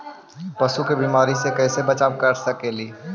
पशु के बीमारी से कैसे बचाब कर सेकेली?